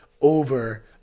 over